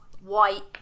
white